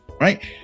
Right